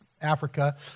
Africa